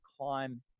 climb